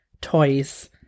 toys